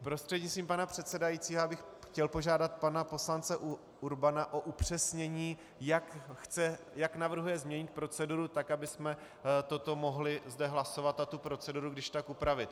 Prostřednictvím pana předsedajícího bych chtěl požádat pana poslance Urbana o upřesnění, jak navrhuje změnit proceduru tak, abychom toto mohli zde hlasovat a tu proceduru když tak upravit.